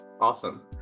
awesome